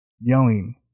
yelling